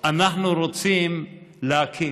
אנחנו רוצים להקים,